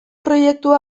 proiektua